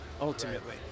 ultimately